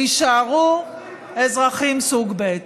תישארו אזרחים סוג ב'.